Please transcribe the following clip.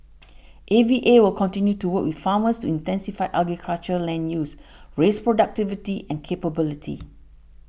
A V A will continue to work with farmers to intensify agriculture land use raise productivity and capability